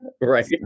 Right